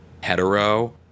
hetero